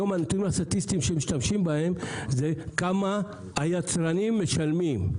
היום הנתונים הסטטיסטיים שמשתמשים בהם הם כמה היצרנים משלמים.